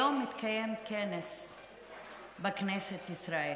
היום התקיים כנס בכנסת ישראל,